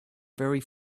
very